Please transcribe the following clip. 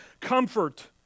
Comfort